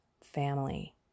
family